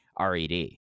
RED